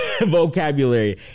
vocabulary